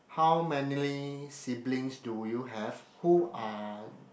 how many siblings do you have who are